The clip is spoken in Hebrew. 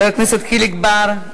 חבר הכנסת חיליק בר,